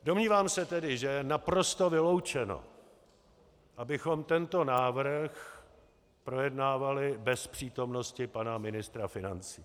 Domnívám se tedy, že je naprosto vyloučeno, abychom tento návrh projednávali bez přítomnosti pana ministra financí.